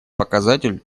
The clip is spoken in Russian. показатель